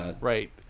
right